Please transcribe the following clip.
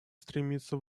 стремиться